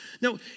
No